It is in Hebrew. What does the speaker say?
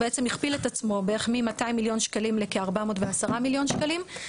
הוא בעצם הכפיל את עצמו בערך מ-200 מיליון שקלים לכ-410 מיליון שקלים.